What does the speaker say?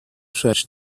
such